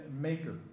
Maker